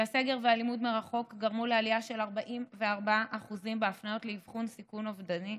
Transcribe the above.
הסגר והלימוד מרחוק גרמו לעלייה של 44% בהפניות לאבחון סיכון אובדני,